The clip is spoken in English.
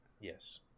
yes